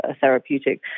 therapeutic